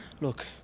Look